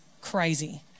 crazy